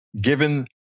given